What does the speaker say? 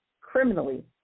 criminally